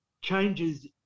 changes